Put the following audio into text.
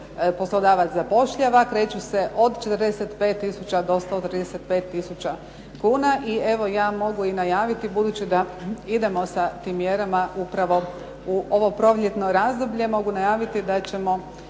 poslodavac zapošljava. Kreću se od 45 tisuća do 135 tisuća kuna. I evo ja mogu i najaviti, budući da idemo sa tim mjerama upravo u ovo proljetno razdoblje, mogu najaviti da ćemo